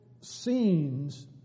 scenes